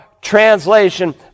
translation